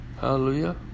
Hallelujah